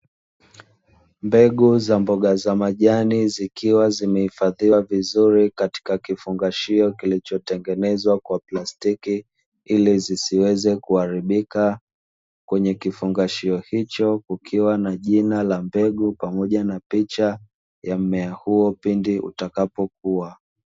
Mbegu za mboga za majani zikiwa zimehifadhiwa vizuri katika kifungashio kilichotengenezwa kwa plastiki ili zisiweze kuharibika, kwenye kifungashio hicho kukiwa na jina la mbegu pamoja na picha ya mmea huo pindi utakapokua.